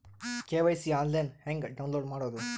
KYC online ಹೆಂಗ್ download ಮಾಡೋದು?